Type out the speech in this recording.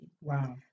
Wow